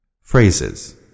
Phrases